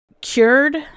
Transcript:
cured